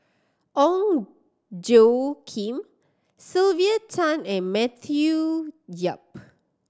Ong Tjoe Kim Sylvia Tan and Matthew Yap